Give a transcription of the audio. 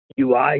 UI